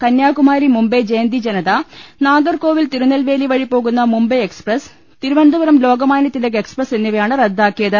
Kanyakumari Mumbai Jayanti Janata Nagercoil Tirunelveli വഴി പോകുന്ന Mumbai Express Thiruvananthapuram Lokmanya Tilak Express എന്നിവയാണ് റദ്ദാക്കിയത്